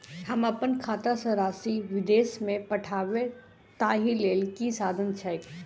हम अप्पन खाता सँ राशि विदेश मे पठवै ताहि लेल की साधन छैक?